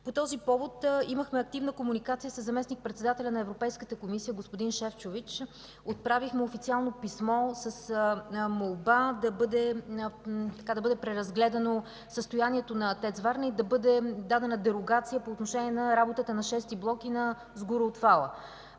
По този повод имахме активна комуникация със заместник-председателя на Европейската комисия господин Шефчович. Отправихме официално писмо с молба да бъде преразгледано състоянието на ТЕЦ „Варна” и да бъде дадена дерогация по отношение на работата на VІ блок и на сгуроотвала.